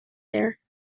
there